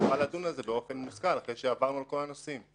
נוכל לדון בזה באופן מושכל אחרי שעברנו על כל הנושאים.